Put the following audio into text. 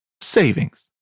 savings